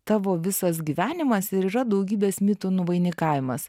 tavo visas gyvenimas ir yra daugybės mitų nuvainikavimas